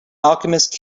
alchemist